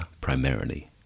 primarily